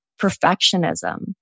perfectionism